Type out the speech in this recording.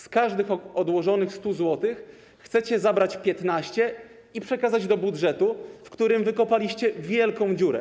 Z każdych odłożonych 100 zł chcecie zabrać 15 zł i przekazać do budżetu, w którym wykopaliście wielką dziurę.